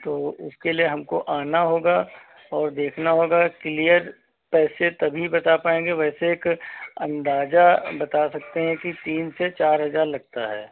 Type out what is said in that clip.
तो उसके लिए हमको आना होगा और देखना होगा किलियर पैसे तभी बता पाएंगे वैसे एक अंदाजा बता सकते हैं कि तीन से चार हजार लगता है